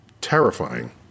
terrifying